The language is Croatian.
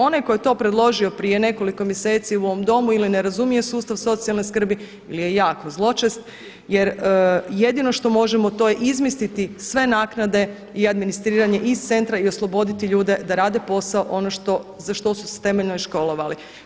Onaj koji je to predložio prije nekoliko mjeseci u ovom Domu ili ne razumije sustav socijalne skrbi ili je jako zločest, jer jedino što možemo to je izmisliti sve naknade i administriranje iz centra i osloboditi ljude da rade posao ono za što su se i temeljno školovali.